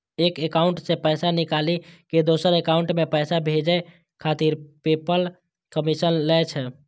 एक एकाउंट सं पैसा निकालि कें दोसर एकाउंट मे पैसा भेजै खातिर पेपल कमीशन लै छै